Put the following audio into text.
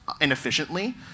inefficiently